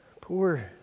Poor